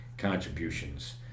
contributions